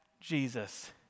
Jesus